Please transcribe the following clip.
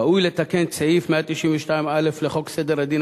ראוי לתקן את סעיף 192א לחוק סדר הדין